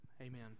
Amen